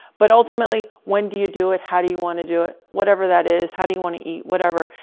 but ultimately when do you do it? how do you want to do it, whatever that is. how do you want to eat, whatever.